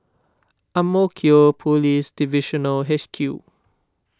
Ang Mo Kio Police Divisional H Q